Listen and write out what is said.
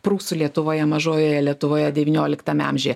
prūsų lietuvoje mažojoje lietuvoje devynioliktame amžiuje